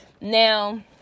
now